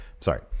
sorry